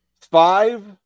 five